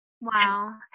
Wow